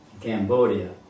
Cambodia